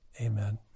Amen